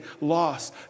loss